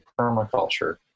permaculture